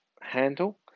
handle